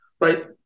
right